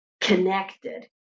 connected